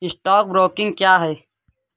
Stock broking क्या है?